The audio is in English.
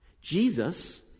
Jesus